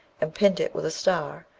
and pinned it with a star,